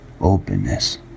openness